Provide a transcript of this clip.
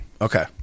Okay